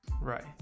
right